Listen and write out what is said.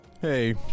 Hey